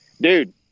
Dude